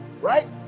Right